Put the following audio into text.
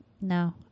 no